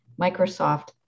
Microsoft